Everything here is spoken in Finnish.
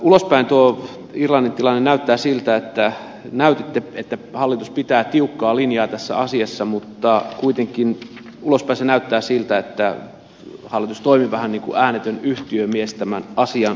ulospäin tuo irlannin tilanne näyttää siltä näytitte että hallitus pitää tiukkaa linjaa tässä asiassa mutta kuitenkin tulostaso näyttää siltä että hallitus toimi vähän niin kuin äänetön yhtiömies tämän asian kohdalla